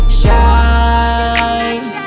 shine